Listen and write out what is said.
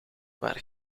waar